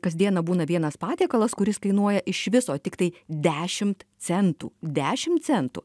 kasdieną būna vienas patiekalas kuris kainuoja iš viso tiktai dešimt centų dešim centų